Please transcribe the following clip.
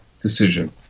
decision